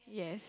yes